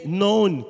known